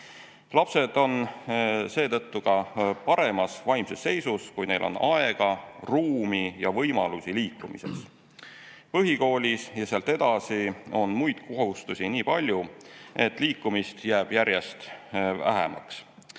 Lapsed on paremas vaimses seisus, kui neil on aega, ruumi ja võimalusi liikumiseks. Põhikoolis ja sealt edasi on muid kohustusi nii palju, et liikumist jääb järjest vähemaks.